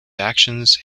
actions